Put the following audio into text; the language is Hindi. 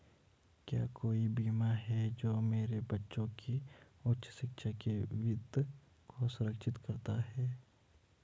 क्या कोई बीमा है जो मेरे बच्चों की उच्च शिक्षा के वित्त को सुरक्षित करता है?